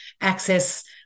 access